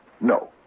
No